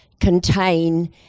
contain